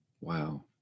Wow